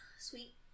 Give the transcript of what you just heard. Sweet